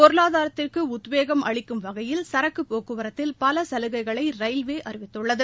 பொருளாதாரத்திற்கு உத்வேகம் அளிக்கும் வகையில் சரக்குப் போக்குவரத்தில் பல சலுகைகளை ரயில்வே அறிவித்துள்ளது